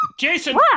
Jason